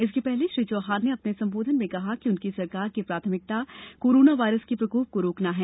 इसके पहले श्री चौहान ने अपने संबोधन में कहा कि उनकी सरकार की प्राथमिकता कोरोना वायरस के प्रकोप को रोकना है